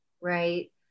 Right